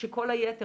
כשכל היתר,